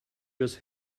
just